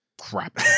crap